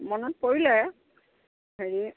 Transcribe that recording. মনত পৰিলে হেৰি